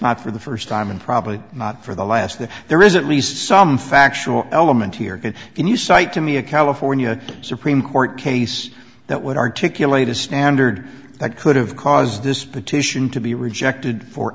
not for the st time and probably not for the last that there is at least some factual element here can you cite to me a california supreme court case that would articulate a standard that could have caused this petition to be rejected for